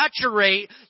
saturate